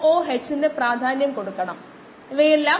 Time min 5 15 35 75 S mM 18